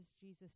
Jesus